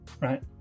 right